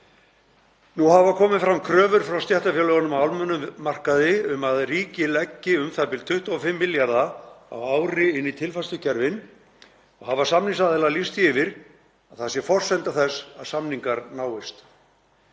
Nú hafa komið fram kröfur frá stéttarfélögunum á almennum markaði um að ríkið leggi u.þ.b. 25 milljarða á ári inn í tilfærslukerfin og hafa samningsaðilar lýst því yfir að það sé forsenda þess að samningar náist.